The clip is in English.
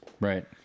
Right